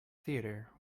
theater